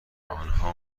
آنها